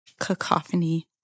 cacophony